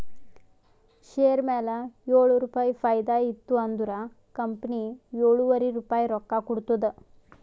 share ಮ್ಯಾಲ ಏಳು ರುಪಾಯಿ ಫೈದಾ ಇತ್ತು ಅಂದುರ್ ಕಂಪನಿ ಎಳುವರಿ ರುಪಾಯಿ ರೊಕ್ಕಾ ಕೊಡ್ತುದ್